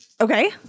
okay